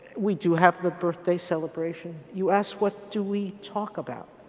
we do have the birthday celebration. you ask, what do we talk about?